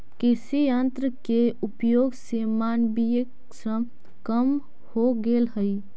कृषि यन्त्र के प्रयोग से मानवीय श्रम कम हो गेल हई